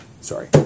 Sorry